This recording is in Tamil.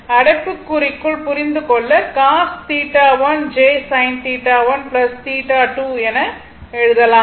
அடைப்புக்குறிக்குள் புரிந்துகொள்ள cos θ1 j sin θ1 θ2 என எழுதலாம்